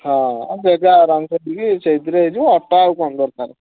ହଁ ଯାଗା ଆରାମସେ ଠିକ୍ ସେଇଥିରେ ହେଇ ଯିବ ଅଟୋ ଆଉ କ'ଣ ଦରକାର